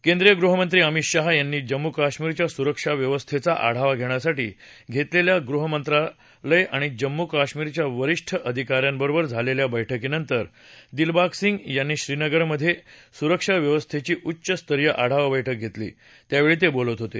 केंद्रीय गृहमंत्री अमित शाह यांनी जम्मू काश्मीरच्या सुरक्षा व्यवस्थेचा आढावा घेण्यासाठी घेतलेल्या गृहमंत्रालय आणि जम्मू काश्मीरच्या वरीष्ठ अधिका यांबरोबर झालेल्या बैठकीनंतर दिलबाग सिंग यांनी श्रीनगरमधे सुरक्षा व्यवस्थेची उच्च स्तरीय आढावा बैठक घेतली त्यावेळी ते बोलत होते